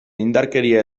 indarkeria